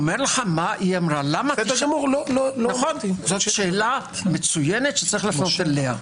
זו שאלה מצוינת שיש להפנות אליה.